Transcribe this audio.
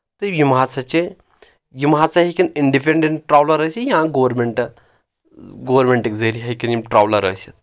تہٕ یِم ہسا چھِ یِم ہسا ہیٚکن اِنڈِپینڈنٹ ٹرٛولر ٲسِتھ یا گورمینٹ گورمینٹٕکۍ ذٔریعہِ ہیٚکن یِم ٹرٛولر ٲسِتھ